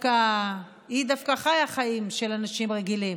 היא דווקא חיה חיים של אנשים רגילים,